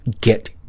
Get